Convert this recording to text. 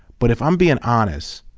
but if i'm being honest,